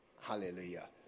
Hallelujah